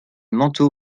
manteau